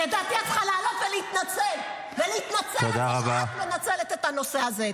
לדעתי את צריכה לעלות ולהתנצל על זה שאת מנצלת את הנושא הזה.